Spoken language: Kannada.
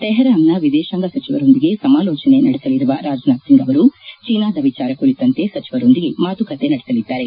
ಥೆಹರಾನ್ನ ವಿದೇಶಾಂಗ ಸಚಿವರೊಂದಿಗೆ ಸಮಾಲೋಚನೆ ನಡೆಸಲಿರುವ ರಾಜನಾಥ್ ಸಿಂಗ್ ಅವರು ಚೀನಾದ ವಿಚಾರ ಕುರಿತಂತೆ ಸಚಿವರೊಂದಿಗೆ ಮಾತುಕತೆ ನಡೆಸಲಿದ್ದಾರೆ